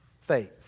faith